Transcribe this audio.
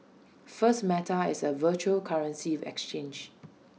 first meta is A virtual currency exchange